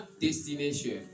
destination